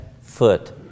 foot